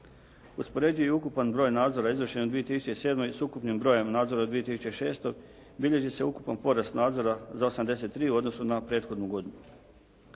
Uspoređuje i ukupan broj nadzora izvršen u 2007. s ukupnim brojem nadzora u 2006. bilježi se ukupan porast nadzora za 83 u odnosu na prethodnu godinu.